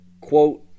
Quote